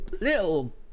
little